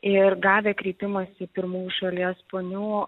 ir gavę kreipimąsi pirmųjų šalies ponių